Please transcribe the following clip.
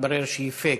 התברר שהיא fake,